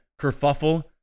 kerfuffle